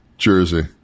jersey